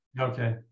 Okay